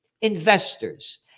Investors